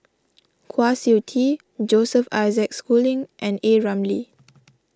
Kwa Siew Tee Joseph Isaac Schooling and A Ramli